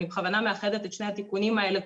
אני בכוונה מאחדת את שני התיקונים האלה,